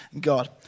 God